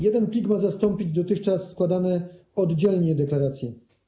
Jeden plik ma zastąpić dotychczas składane oddzielnie deklaracje.